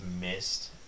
missed